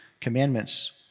commandments